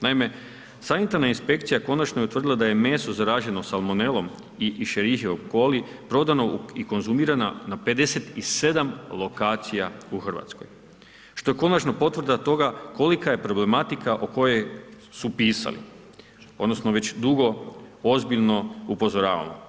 Naime, sanitarna inspekcija konačno je utvrdila da je meso zaraženo salmonelom i escherichia coli prodano i konzumirana na 57 lokacija u Hrvatskoj, što je konačno potvrda toga kolika je problematika o kojoj su pisali, odnosno, već dugo, ozbiljno upozoravamo.